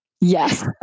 Yes